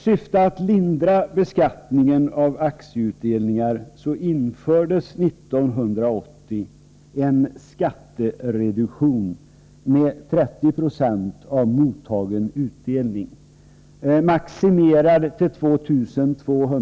Jag skall något kommentera dem.